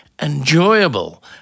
enjoyable